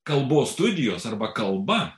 kalbos studijos arba kalba